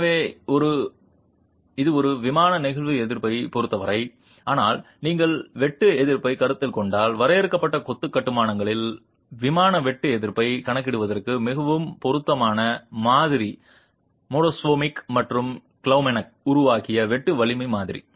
எனவே இது விமான நெகிழ்வு எதிர்ப்பைப் பொருத்தவரை ஆனால் நீங்கள் வெட்டு எதிர்ப்பைக் கருத்தில் கொண்டால் வரையறுக்கப்பட்ட கொத்து கட்டுமானங்களின் விமான வெட்டு எதிர்ப்பைக் கணக்கிடுவதற்கு மிகவும் பொருத்தமான மாதிரி டோமாசெவிக் மற்றும் க்ளெமென்க் உருவாக்கிய வெட்டு வலிமை மாதிரி